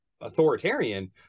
authoritarian